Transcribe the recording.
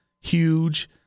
huge